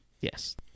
Yes